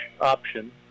option